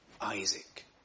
Isaac